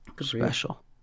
Special